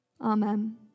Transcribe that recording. Amen